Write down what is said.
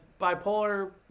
bipolar